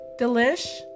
Delish